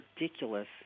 ridiculous